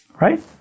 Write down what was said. right